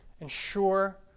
ensure